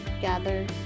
gather